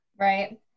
Right